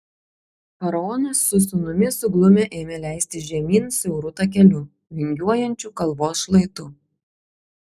faraonas su sūnumi suglumę ėmė leistis žemyn siauru takeliu vingiuojančiu kalvos šlaitu